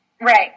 Right